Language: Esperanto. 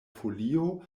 folio